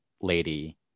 lady